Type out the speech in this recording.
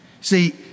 see